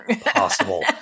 possible